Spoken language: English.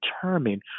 determine